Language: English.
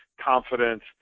confidence